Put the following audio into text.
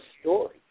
story